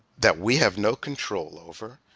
that we have no control over,